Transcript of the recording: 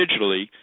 digitally